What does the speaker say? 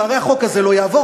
והרי החוק הזה לא יעבור,